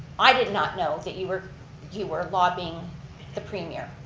i did not know that you were you were lobbying the premier.